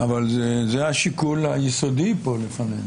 אבל זה השיקול היסודי פה לפנינו.